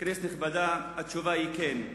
כנסת נכבדה, התשובה היא כן.